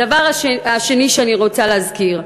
הדבר השני שאני רוצה להזכיר,